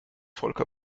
volker